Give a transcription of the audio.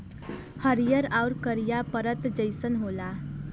हरिहर आउर करिया परत जइसन होला